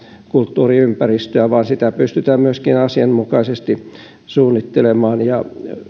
vaaranneta kulttuuriympäristöä vaan sitä pystytään myöskin asianmukaisesti suunnittelemaan ja